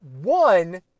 one